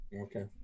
Okay